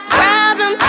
problem